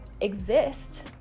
exist